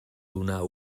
donar